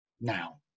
now